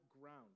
ground